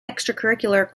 extracurricular